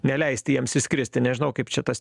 neleisti jiems išskristi nežinau kaip čia tas